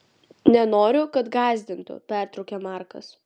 nenoriu kad gąsdintų pertraukia markas